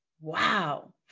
wow